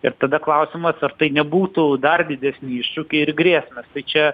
ir tada klausimas ar tai nebūtų dar didesni iššūkiai ir grėsmės tai čia